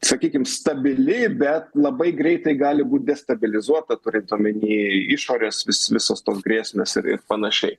sakykim stabili bet labai greitai gali būt destabilizuota turint omeny išorės vis visos tos grėsmės ir ir panašiai